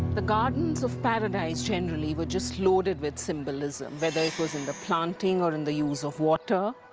the gardens of paradise, generally, we're just loaded with symbolism, whether it was in the planting or in the use of water.